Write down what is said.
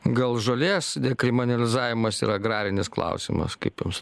gal žolės dekriminalizavimas yra agrarinis klausimas kaip jums